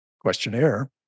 questionnaire